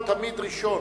הוא תמיד ראשון,